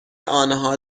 آنها